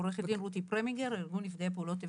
אז אני אורכת דין רות פרמינגר מארגון נפגעי פעולות האיבה.